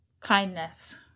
kindness